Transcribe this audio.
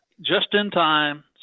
just-in-time